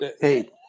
Hey